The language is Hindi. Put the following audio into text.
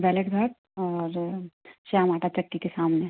बैलेट घाट और श्याम आटा चक्की के सामने